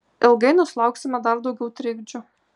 ilgainiui sulauksime dar daugiau trikdžių